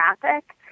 traffic